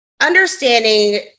understanding